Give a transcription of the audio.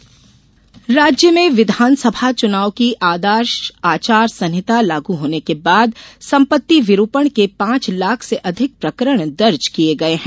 संपत्ति विरुपण राज्य में विधानसभा चुनाव की आदर्ष आचार संहिता लागू होने के बाद संपत्ति विरुपण के पांच लाख से अधिक प्रकरण दर्ज किए गए है